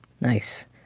Nice